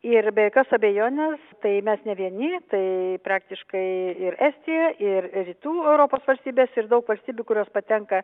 ir be jokios abejonės tai mes ne vieni tai praktiškai ir estija ir rytų europos valstybės ir daug valstybių kurios patenka